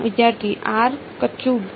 વિદ્યાર્થી r cube